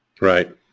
Right